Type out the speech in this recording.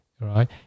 right